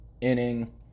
inning